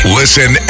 listen